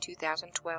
2012